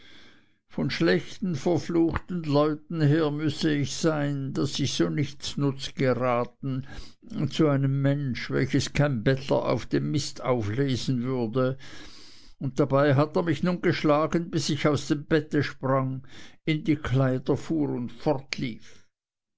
von schlechten verfluchten leuten her müßte ich sein daß ich so nichtsnutz geraten zu einem mensch welches kein bettler auf dem mist auflesen würde und dabei hat er mich nun geschlagen bis ich aus dem bette sprang in die kleider